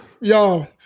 y'all